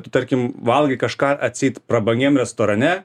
tu tarkim valgai kažką atseit prabangiam restorane